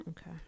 Okay